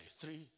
three